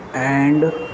and